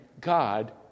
God